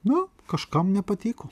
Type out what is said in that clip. na kažkam nepatiko